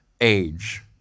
age